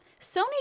Sony